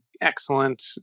excellent